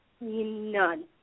None